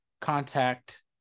contact